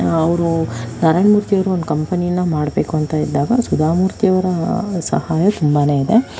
ಅವರು ನಾರಾಯಣಮೂರ್ತಿಯವರು ಒಂದು ಕಂಪನಿಯನ್ನು ಮಾಡ್ಬೇಕು ಅಂತ ಇದ್ದಾಗ ಸುಧಾಮೂರ್ತಿ ಅವರ ಸಹಾಯ ತುಂಬನೇ ಇದೆ